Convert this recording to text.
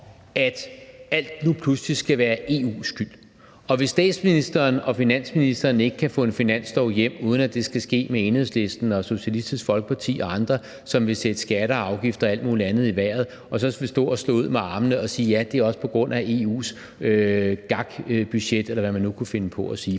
pludselig skal være EU's skyld, og hvis statsministeren og finansministeren ikke kan få stemt en finanslov hjem, uden at det skal ske med stemmer fra Enhedslisten, Socialistisk Folkeparti og andre, som vil sætte skatter og afgifter og alt muligt andet i vejret, så vil man stå og slå ud med armene og sige, at det også er på grund af EU's gakkede budget, eller hvad man nu kunne finde på at sige.